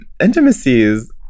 intimacies